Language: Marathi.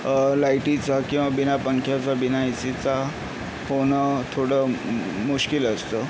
लायटीचा किंवा बिना पंख्याचा बिना एसीचा होणं थोडं मुश्किल असतं